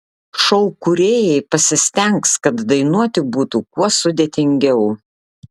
šou kūrėjai pasistengs kad dainuoti būtų kuo sudėtingiau